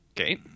Okay